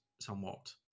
somewhat